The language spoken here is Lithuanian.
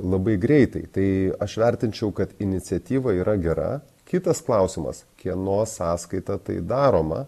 labai greitai tai aš vertinčiau kad iniciatyva yra gera kitas klausimas kieno sąskaita tai daroma